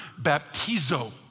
baptizo